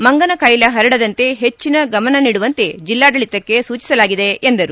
ಮಂಗನ ಕಾಯಿಲೆ ಪರಡದಂತೆ ಹೆಚ್ಚಿನ ಗಮನ ನೀಡುವಂತೆ ಜಿಲ್ಲಾಡಳಿತಕ್ಕೆ ಸೂಚಿಸಲಾಗಿದೆ ಎಂದರು